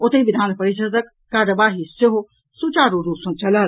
ओतहि विधान परिषदक कार्यवाही सेहो सुचारू रूप सँ चलल